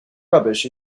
rubbish